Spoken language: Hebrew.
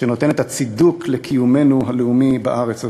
שנותן את הצידוק לקיומנו הלאומי בארץ הזאת?